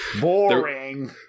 Boring